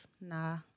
nah